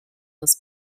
this